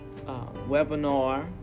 webinar